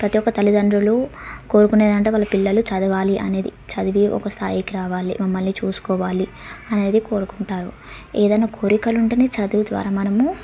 ప్రతీ ఒక తల్లిదండ్రులు కోరుకునేది అంటే వాళ్ళ పిల్లలు చదవాలి అనేది చదివి ఒక స్థాయికి రావాలి మమ్మల్ని చూసుకోవాలి అనేది కోరుకుంటారు ఏదన్న కోరికలు ఉంటేనే చదువు ద్వారా మనము